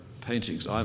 paintings